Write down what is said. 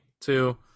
two